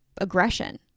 aggression